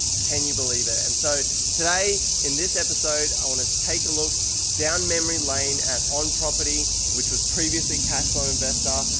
can you believe it? and so today in this episode i want to take a look down memory lane at on-property which was previously cash flow investor.